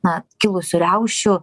na kilusių riaušių